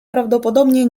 prawdopodobnie